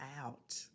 out